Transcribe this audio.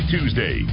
Tuesday